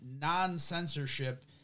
non-censorship